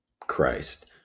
Christ